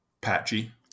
Patchy